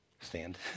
stand